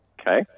Okay